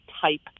type